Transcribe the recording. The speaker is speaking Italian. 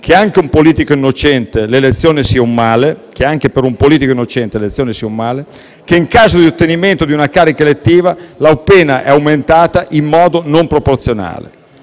che anche per un politico innocente l'elezione sia un male - che, in caso di ottenimento di una carica elettiva, la pena è aumentata in modo non proporzionale.